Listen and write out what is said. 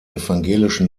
evangelischen